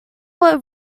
will